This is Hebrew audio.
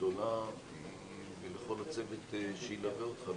גדולה ולכל הצוות שילווה אותך,